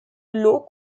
low